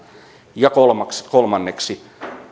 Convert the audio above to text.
ja kolmanneksi